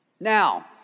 Now